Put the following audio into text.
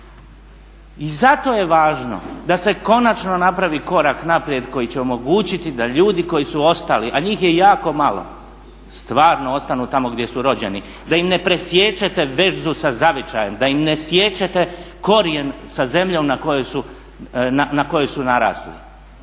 I zato je važno da se konačno napravi korak naprijed koji će omogućiti da ljudi koji su ostali, a njih je jako malo, stvarno ostanu tamo gdje su rođeni, da im ne presiječete vezu sa zavičajem, da im ne siječete korijen sa zemljom na kojoj su narasli.